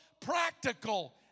practical